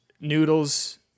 noodles